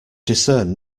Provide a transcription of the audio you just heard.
discern